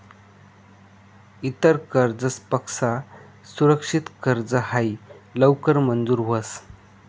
इतर कर्जसपक्सा सुरक्षित कर्ज हायी लवकर मंजूर व्हस